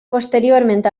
posteriorment